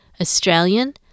Australian